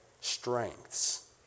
strengths